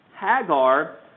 Hagar